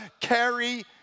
carry